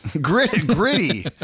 Gritty